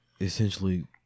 essentially